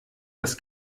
das